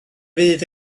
fydd